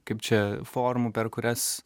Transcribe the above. kaip čia formų per kurias